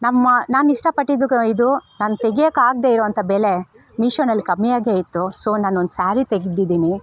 ನಮ್ಮ ನಾನು ಇಷ್ಟಪಟ್ಟಿದ್ದು ಇದು ನಾನು ತೆಗಿಯಕ್ಕೆ ಆಗದೆ ಇರೋವಂಥ ಬೆಲೆ ಮಿಶೋನಲ್ಲಿ ಕಮ್ಮಿಯಾಗೆ ಇತ್ತು ಸೊ ನಾನು ಒಂದು ಸ್ಯಾರಿ ತೆಗೆದಿದ್ದೀನಿ